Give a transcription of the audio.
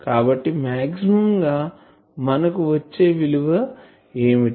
కాబట్టి మాక్సిమం గా మనకు వచ్చే విలువ ఏమిటి